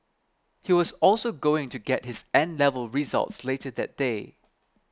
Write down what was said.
he was also going to get his 'N' level results later that day